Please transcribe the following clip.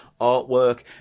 artwork